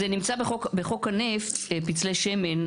זה נמצא בחוק הנפט, פצלי שמן.